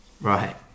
Right